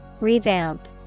Revamp